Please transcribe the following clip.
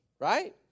Right